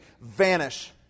vanish